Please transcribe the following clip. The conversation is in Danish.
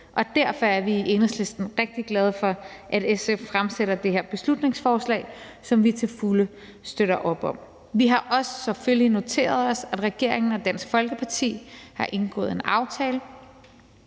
derfor er vi i Enhedslisten rigtig glade for, at SF fremsætter det her beslutningsforslag, som vi til fulde støtter op om. Vi har selvfølgelig også noteret os, at regeringen og Dansk Folkeparti har indgået en aftale,